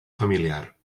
familiar